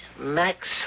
Max